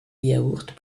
yaourt